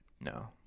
no